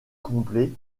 complet